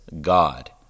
God